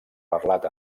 parlat